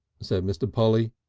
so mr. polly.